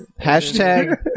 Hashtag